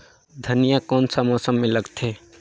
धनिया कोन सा मौसम मां लगथे?